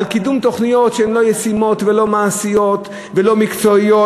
על קידום תוכניות שהן לא ישימות ולא מעשיות ולא מקצועיות,